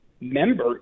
member